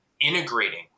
Integrating